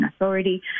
Authority